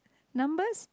numbers